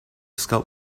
scout